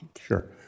Sure